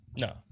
No